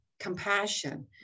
compassion